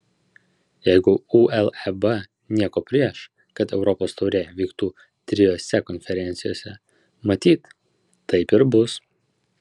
jeigu uleb nieko prieš kad europos taurė vyktų trijose konferencijose matyt taip ir bus